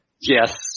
Yes